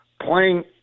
playing